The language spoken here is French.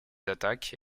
attaque